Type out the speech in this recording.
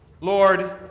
Lord